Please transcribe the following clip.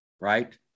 right